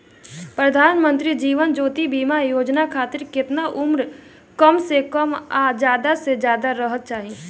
प्रधानमंत्री जीवन ज्योती बीमा योजना खातिर केतना उम्र कम से कम आ ज्यादा से ज्यादा रहल चाहि?